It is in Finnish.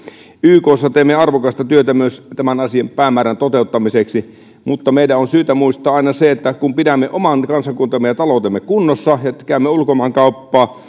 ykssa teemme arvokasta työtä myös tämän päämäärän toteuttamiseksi mutta meidän on syytä muistaa aina se että kun pidämme oman kansakuntamme ja taloutemme kunnossa ja käymme ulkomaankauppaa